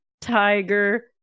tiger